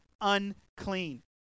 unclean